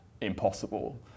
impossible